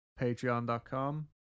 Patreon.com